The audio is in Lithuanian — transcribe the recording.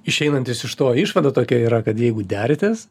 išeinantis iš to išvada tokia yra kad jeigu deritės